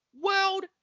world